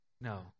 No